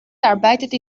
arbeitete